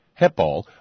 Hepal